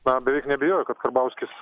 na beveik neabejoju kad karbauskis